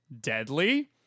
deadly